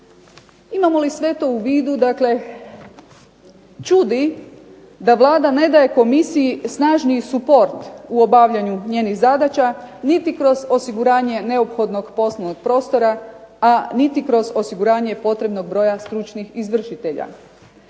Imamo li sve to u vidu, dakle čudi da Vlada ne daje komisiji snažniji suport u obavljanju njenih zadaća niti kroz osiguranje neophodnog poslovnog prostora, a niti kroz osiguranje potrebnog broja stručnih izvršitelja.